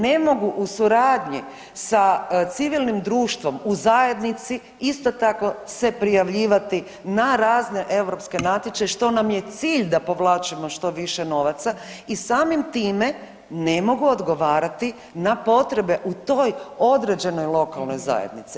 Ne mogu u suradnji sa civilnim društvom u zajednici isto tako se prijavljivati na razne europske natječaje što nam je cilj da povlačimo što više novaca i samim time ne mogu odgovarati na potrebe u toj određenoj lokalnoj zajednici.